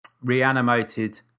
reanimated